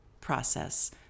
process